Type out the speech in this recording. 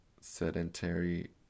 sedentary